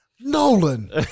Nolan